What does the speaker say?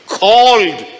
called